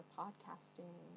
podcasting